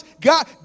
God